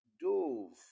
Dove